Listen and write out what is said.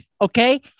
Okay